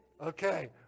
okay